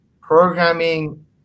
programming